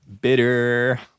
Bitter